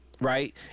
right